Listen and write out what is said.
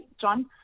John